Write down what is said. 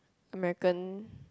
American